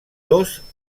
dos